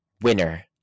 winner